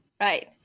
Right